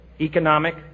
economic